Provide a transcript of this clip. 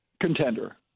Contender